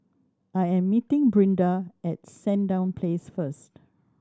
I am meeting Brinda at Sandown Place first